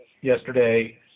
yesterday